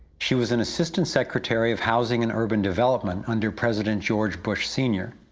she was and assistant secretary of housing and urban development under president george bush, sr.